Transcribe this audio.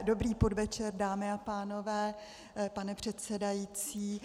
Dobrý podvečer, dámy a pánové, pane předsedající.